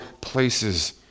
places